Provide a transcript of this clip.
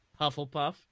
Hufflepuff